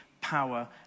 power